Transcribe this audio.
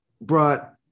brought